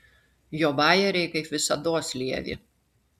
jo bajeriai kaip visados lievi